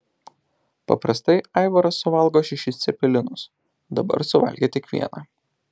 paprastai aivaras suvalgo šešis cepelinus dabar suvalgė tik vieną